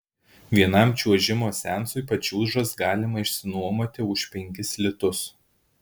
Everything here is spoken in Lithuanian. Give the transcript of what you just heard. vienam čiuožimo seansui pačiūžas galima išsinuomoti už penkis litus